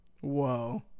Whoa